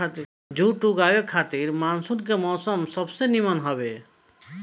जुट उगावे खातिर मानसून के मौसम सबसे निमन हवे